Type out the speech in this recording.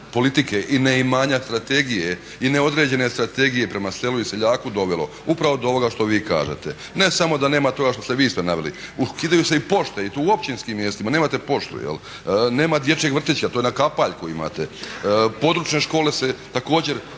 politike i neimanja strategije i neodređene strategije prema selu i seljaku dovelo? Upravo do ovoga što vi kažete. Ne samo da nema toga što ste vi sve naveli. Ukidaju se i pošte i to u općinskim mjestima, nemate poštu, nemate dječjeg vrtića to na kapaljku imate, područne škole se također